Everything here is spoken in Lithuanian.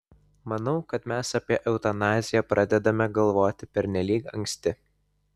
manau kad mes apie eutanaziją pradedame galvoti pernelyg anksti